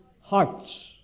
hearts